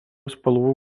spalvų